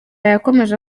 yakomeje